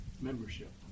membership